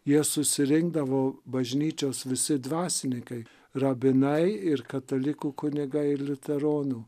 jie susirinkdavo bažnyčios visi dvasininkai rabinai ir katalikų kunigai ir liuteronų